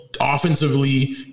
offensively